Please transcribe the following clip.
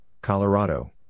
Colorado